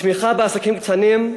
תמיכה בעסקים קטנים,